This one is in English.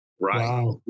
right